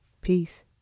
peace